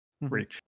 reach